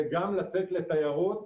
זה גם לצאת לתיירות,